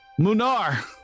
Munar